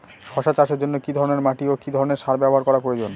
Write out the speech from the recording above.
শশা চাষের জন্য কি ধরণের মাটি ও কি ধরণের সার ব্যাবহার করা প্রয়োজন?